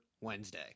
Wednesday